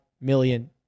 million